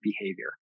behavior